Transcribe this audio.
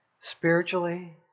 Spiritually